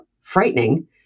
Frightening